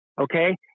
Okay